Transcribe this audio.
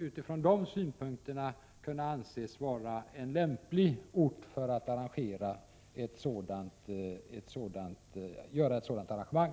Utifrån de synpunkterna bör Åre kunna anses vara en lämplig ort för ett sådant arrangemang.